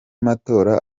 matora